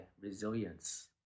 resilience